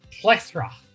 plethora